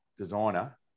designer